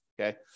Okay